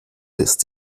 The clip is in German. ist